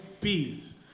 fees